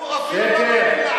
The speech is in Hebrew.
זה סתם שקר.